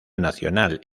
nacional